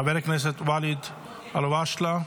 חבר הכנסת ואליד אלהואשלה,